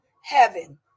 heaven